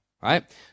right